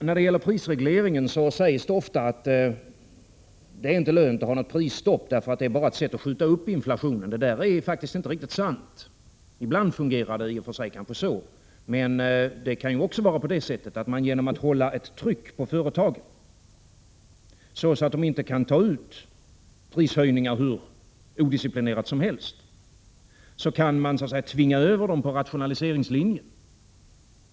När det gäller prisreglering sägs det ofta att det inte är lönt att ha ett prisstopp, eftersom det bara är ett sätt att skjuta upp inflationen. Men det är faktiskt inte riktigt sant. Ibland fungerar det kanske på detta sätt. Men det kan också vara på det sättet att man genom att hålla ett tryck på företagen, så att de inte kan ta ut prishöjningar hur odisciplinerat som helst, kan så att säga tvinga över dem på rationaliseringslinjen.